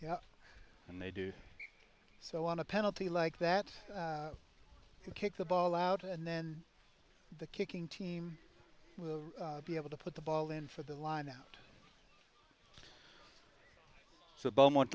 yeah and they do so on a penalty like that and kick the ball out and then the kicking team will be able to put the ball in for the lineout so beaumont